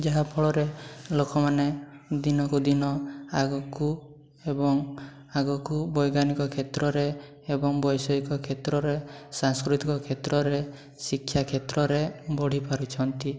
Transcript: ଯାହା ଫଳରେ ଲୋକମାନେ ଦିନକୁ ଦିନ ଆଗକୁ ଏବଂ ଆଗକୁ ବୈଜ୍ଞାନିକ କ୍ଷେତ୍ରରେ ଏବଂ ବୈଷିୟିକ କ୍ଷେତ୍ରରେ ସାଂସ୍କୃତିକ କ୍ଷେତ୍ରରେ ଶିକ୍ଷାକ୍ଷେତ୍ରରେ ବଢ଼ି ପାରୁଛନ୍ତି